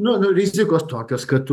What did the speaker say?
nu rizikos tokios kad